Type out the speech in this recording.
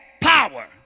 power